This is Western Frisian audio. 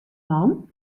man